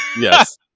Yes